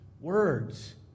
words